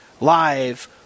live